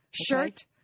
Shirt